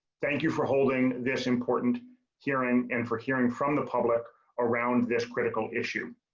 thank you for holding this important hearing and for hearing from the public around this critical issue.